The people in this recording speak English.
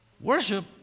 Worship